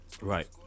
right